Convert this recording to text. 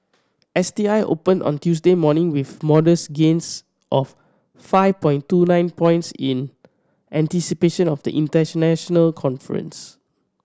S T I opened on Tuesday morning with modest gains of five point two nine points in anticipation of the international conference